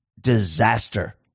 disaster